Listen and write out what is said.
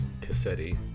Cassetti